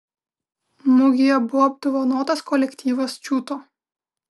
mugėje buvo apdovanotas kolektyvas čiūto